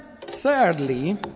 thirdly